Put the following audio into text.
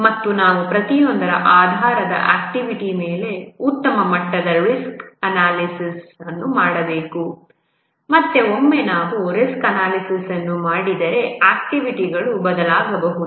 ಮತ್ತು ನಾವು ಪ್ರತಿಯೊಂದರ ಆಧಾರದ ಆಕ್ಟಿವಿಟಿ ಮೇಲೆ ಉತ್ತಮ ಮಟ್ಟದ ರಿಸ್ಕ್ ಅನಾಲಿಸಿಸ್ಯನ್ನು ಮಾಡಬೇಕಾಗಿದೆ ಮತ್ತು ಒಮ್ಮೆ ನಾವು ರಿಸ್ಕ್ ಅನಾಲಿಸಿಸ್ಯನ್ನು ಮಾಡಿದರೆ ಆಕ್ಟಿವಿಟಿಗಳು ಬದಲಾಗಬಹುದು